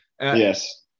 yes